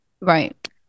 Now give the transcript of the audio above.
right